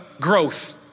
growth